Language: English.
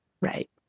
Right